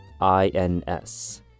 I-N-S